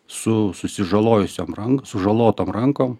su susižalojusiom rank sužalotom rankom